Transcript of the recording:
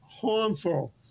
harmful